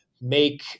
make